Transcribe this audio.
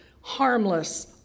harmless